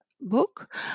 book